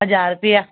ਹਜ਼ਾਰ ਰੁਪਇਆ